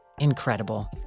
incredible